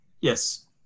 yes